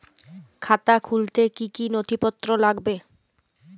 খাতা খুলতে কি কি নথিপত্র লাগবে?